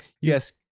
Yes